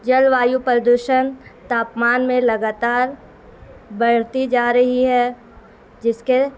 جلویو پردوشن تاپمان میں لگاتار بڑھتی جا رہی ہے جس کے